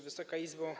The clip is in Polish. Wysoka Izbo!